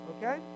okay